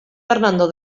fernando